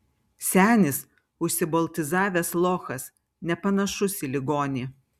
senis užsiboltizavęs lochas nepanašus į ligonį